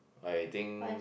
I think